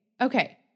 Okay